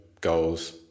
goals